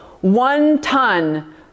one-ton